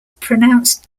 pronounced